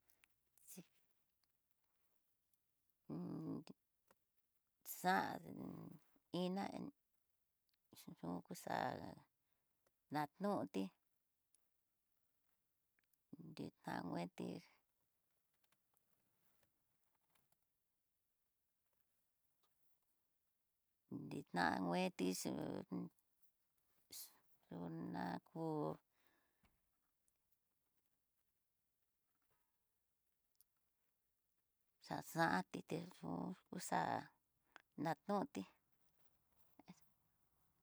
xa iná yuku xa'a nanoti nrida ngueti nrida ngueti xhun xhunakú xaxati nixo no xa'a nadnoti eso.